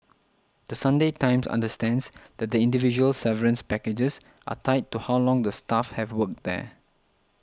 The Sunday Times understands that the individual severance packages are tied to how long the staff have worked there